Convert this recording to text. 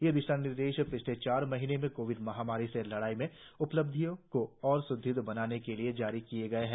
ये दिशा निर्देश पिछले चार महीने से कोविड महामारी से लड़ाई में उपलब्धि को और स्दृढ़ बनाने के लिए जारी किए गए हैं